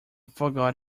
forget